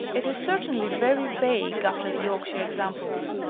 it is certainly very vague after the york shire examples.